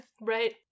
Right